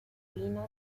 vino